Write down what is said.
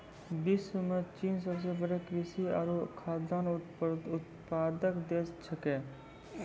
विश्व म चीन सबसें बड़ो कृषि आरु खाद्यान्न उत्पादक देश छिकै